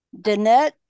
Danette